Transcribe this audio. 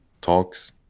talks